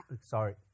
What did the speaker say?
sorry